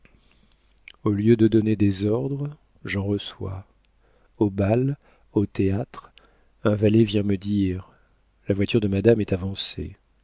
au lieu de donner des ordres j'en reçois au bal au théâtre un valet vient me dire la voiture de madame est avancée